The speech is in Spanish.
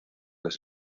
las